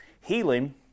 healing